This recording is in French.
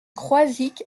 croizic